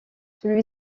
celui